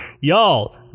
Y'all